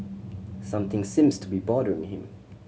something seems to be bothering him